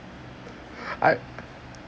I